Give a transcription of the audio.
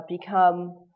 become